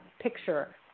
picture